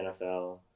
NFL